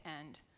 end